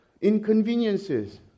inconveniences